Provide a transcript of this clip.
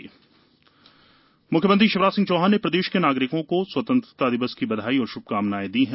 CM संदेश मुख्यमंत्री शिवराज सिंह चौहान ने प्रदेश के नागरिकों को स्वतंत्रता दिवस की बधाई और शुभकामनाएं दी हैं